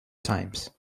times